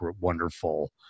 wonderful